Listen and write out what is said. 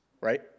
right